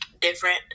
different